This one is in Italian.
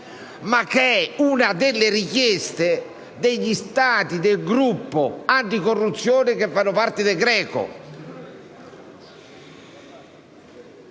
una delle richieste degli Stati del Gruppo anticorruzione che fanno parte del GRECO.